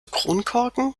kronkorken